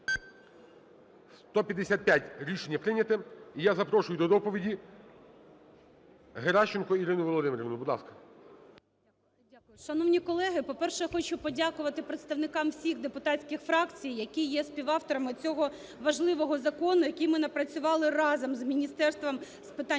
За-155 Рішення прийнято. І я запрошую до доповіді Геращенко Ірину Володимирівну,